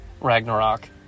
Ragnarok